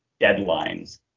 deadlines